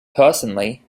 personally